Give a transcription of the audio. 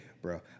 Bro